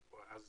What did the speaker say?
אז